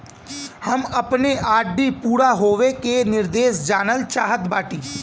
हम अपने आर.डी पूरा होवे के निर्देश जानल चाहत बाटी